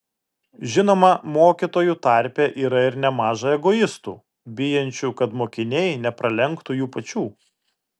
žinoma mokytojų tarpe yra ir nemaža egoistų bijančių kad mokiniai nepralenktų jų pačių